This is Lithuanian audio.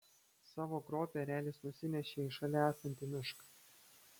savo grobį erelis nusinešė į šalia esantį mišką